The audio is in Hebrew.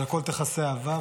"על הכול תכסה אהבה".